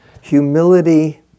Humility